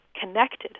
connected